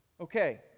Okay